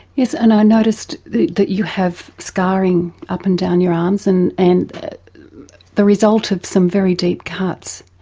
yes, and i noticed that you have scarring up and down your arms and and the result of some very deep cuts.